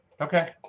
Okay